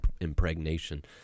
impregnation